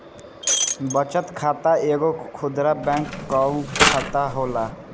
बचत खाता एगो खुदरा बैंक कअ खाता होला